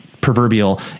proverbial